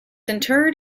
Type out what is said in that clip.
interred